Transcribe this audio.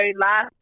last